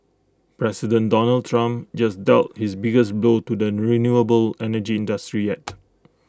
President Donald Trump just dealt his biggest blow to the renewable energy industry yet